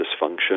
dysfunction